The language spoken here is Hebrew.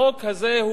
החוק הזה,